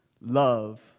love